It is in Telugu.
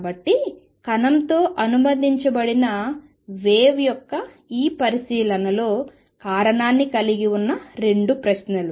కాబట్టి కణంతో అనుబంధించబడిన వేవ్ యొక్క ఈ పరిశీలనలో కారణాన్ని కలిగి ఉన్న 2 ప్రశ్నలు